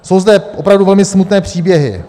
Jsou zde opravdu velmi smutné příběhy.